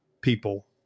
people